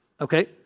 Okay